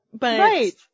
Right